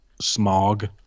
smog